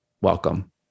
Welcome